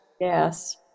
Yes